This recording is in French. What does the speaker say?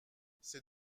c’est